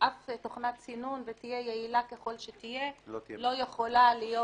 אף תוכנת סינון ותהיה יעילה ככל שתהיה לא יכולה להיות